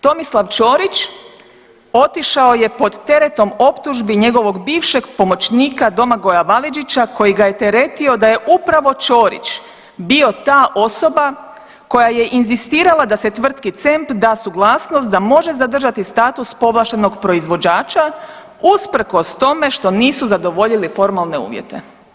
Tomislav Ćorić otišao je pod teretom optužbi njegovog bivšeg pomoćnika Domagoja Validžića koji ga je teretio da je upravo Ćorić bio ta osoba koja je inzistirala da se tvrtki CEMP da suglasnost da može zadržati status povlaštenog proizvođača usprkos tome što nisu zadovoljili formalne uvjete.